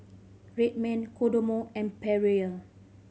Red Man Kodomo and Perrier